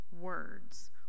words